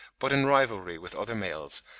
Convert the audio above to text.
but in rivalry with other males,